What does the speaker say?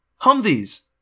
Humvees